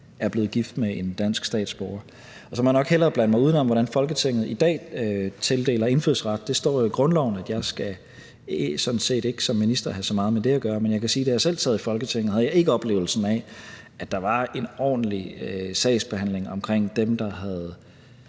er blevet gift med en dansk statsborger. Så må jeg nok hellere blande mig udenom, hvordan Folketinget i dag tildeler indfødsret. Det står jo i grundloven, at jeg sådan set som minister ikke skal have så meget med det at gøre. Men jeg kan sige, at da jeg selv sad i Folketinget, havde jeg ikke oplevelsen af, at der var en ordentlig sagsbehandling omkring dem, der havde